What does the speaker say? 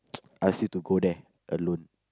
ask you to go there alone